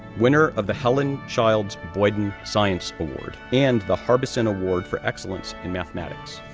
winner of the helen childs boyden science award and the harbeson award for excellence in mathematics,